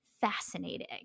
fascinating